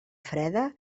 freda